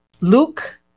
Luke